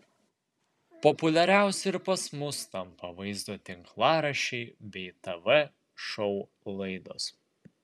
populiariausi ir pas mus tampa vaizdo tinklaraščiai bei tv šou laidos